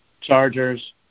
chargers